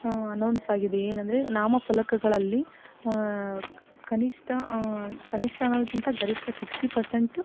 ಅನೌನ್ಸಾಗಿದೆ ಏನಂದರೆ ನಾಮಫಲಕಗಳಲ್ಲಿ ಕನಿಷ್ಠ ಕನಿಷ್ಠ ಅನ್ನೋದಕ್ಕಿಂತ ಗರಿಷ್ಠ ಸಿಕ್ಸ್ಟಿ ಪರ್ಸೆಂಟು